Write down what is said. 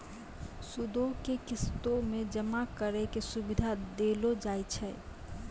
सूदो के किस्तो मे जमा करै के सुविधा देलो जाय छै